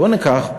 בואו ניקח,